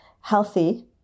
healthy